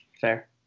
Fair